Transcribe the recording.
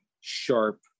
sharp